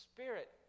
Spirit